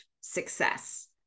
success